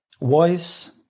voice